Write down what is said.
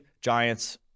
Giants